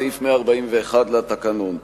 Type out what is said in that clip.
סעיף 141 לתקנון.